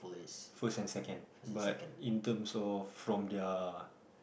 first and second but in terms of from their